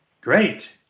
Great